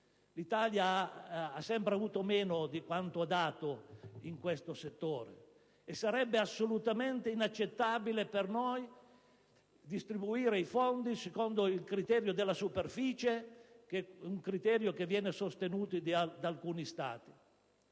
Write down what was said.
L'Italia ha sempre avuto meno di quanto ha dato in questo settore e sarebbe inaccettabile per noi distribuire i fondi secondo il criterio della superficie, criterio sostenuto da alcuni Stati.